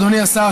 אדוני השר,